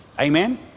Amen